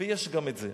ויש גם את זה.